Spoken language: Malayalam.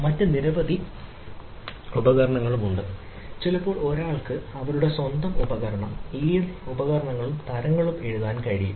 മറ്റ് നിരവധി ഉപകരണങ്ങളുണ്ട് ചിലപ്പോൾ ഒരാൾക്ക് അവരുടെ സ്വന്തം ഉപകരണവും തരങ്ങളും എഴുതാൻ കഴിയും